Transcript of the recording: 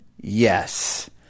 yes